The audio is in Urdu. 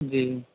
جی